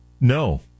No